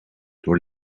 door